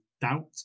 doubt